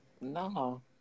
No